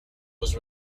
was